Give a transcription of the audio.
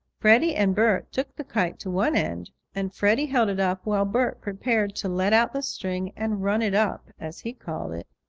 freddie and bert took the kite to one end and freddie held it up while bert prepared to let out the string and run it up, as he called it.